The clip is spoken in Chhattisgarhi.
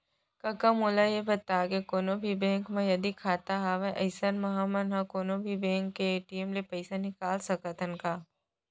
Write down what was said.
कका मोला ये बता के कोनों भी बेंक म यदि खाता हवय अइसन म हमन ह कोनों भी बेंक के ए.टी.एम ले पइसा निकाल सकत हन का?